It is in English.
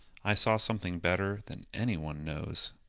i saw something better than any one knows.